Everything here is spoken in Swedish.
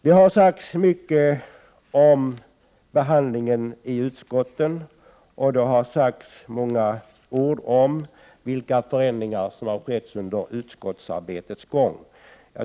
Det har sagts mycket om behandlingen i utskotten och det har diskuterats vilka förändringar som har skett under utskottsarbetets gång.